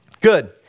Good